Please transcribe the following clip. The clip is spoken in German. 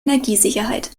energiesicherheit